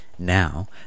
Now